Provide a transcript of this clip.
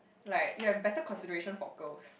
like you have better consideration for girls